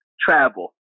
travel